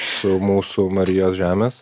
su mūsų marijos žemės